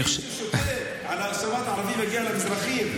ומי ששותק על האשמת הערבים מגיע למזרחים.